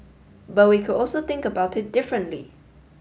but we could also think about it differently